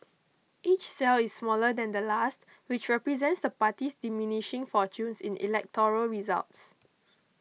each cell is smaller than the last which represents the party's diminishing fortunes in electoral results